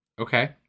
Okay